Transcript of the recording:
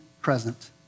present